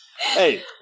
Hey